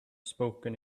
spoken